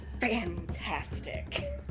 Fantastic